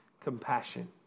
compassion